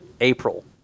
April